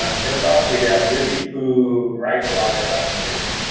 ah first off, we have lizzie, who writes a lot of our documentation.